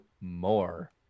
more